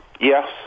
Yes